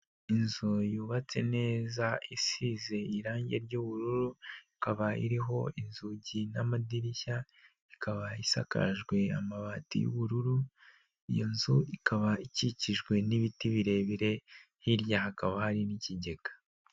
Inzu yubatse neza, isize irangi ry'ubururu, ikaba iriho inzugi n'amadirishya, ikaba isakajwe amabati y'ubururu, iyo nzu ikaba ikikijwe n'ibiti birebire hirya hakaba hari n'ikigega.